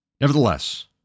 Nevertheless